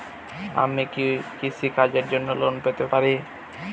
আমি কি কৃষি কাজের জন্য লোন পেতে পারি?